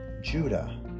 Judah